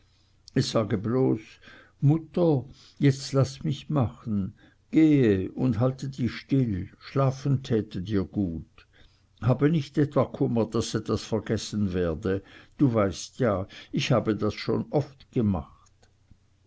es sage bloß mutter jetzt laß mich machen gehe und halte dich still schlafen täte dir gut habe nicht etwa kummer daß was vergessen werde du weißt ja ich habe das schon oft gemacht